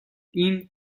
این